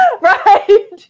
right